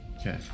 Okay